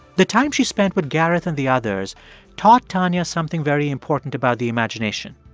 the time she spent with gareth and the others taught tanya something very important about the imagination.